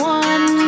one